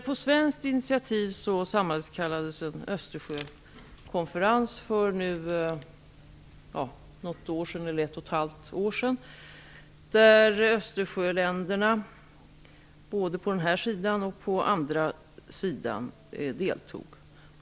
På svenskt initiativ sammankallades för något år sedan en östersjökonferens, där länderna både på den här sidan och på den andra sidan Östersjön deltog.